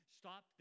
stop